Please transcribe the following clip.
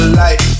light